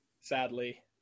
sadly